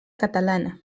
catalana